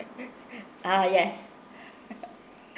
ah yes